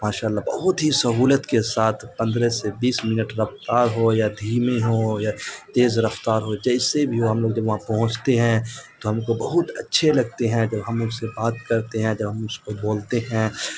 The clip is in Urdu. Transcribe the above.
ماشاء اللہ بہت ہی سہولت کے ساتھ پندرہ سے بیس منٹ رفتار ہو یا دھیمی ہو یا تیز رفتار ہو جیسے بھی ہو ہم لوگ جب وہاں پہنچتے ہیں تو ہم کو بہت اچھے لگتے ہیں جب ہم اس سے بات کرتے ہیں جب ہم اس کو بولتے ہیں